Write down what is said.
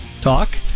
talk